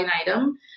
item